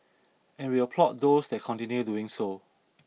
and we applaud those that continue doing so